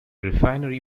refinery